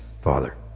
Father